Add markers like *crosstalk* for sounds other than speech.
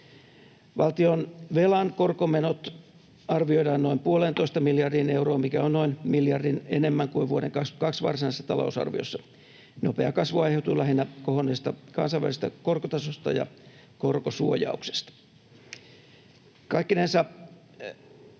Valtionvelan korkomenot arvioidaan noin puoleentoista *noise* miljardiin euroon, mikä on noin miljardin enemmän kuin vuoden 22 varsinaisessa talousarviossa. Nopea kasvu aiheutuu lähinnä kohonneesta kansainvälisestä korkotasosta ja korkosuojauksesta. Kaikkinensa